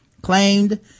claimed